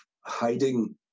hiding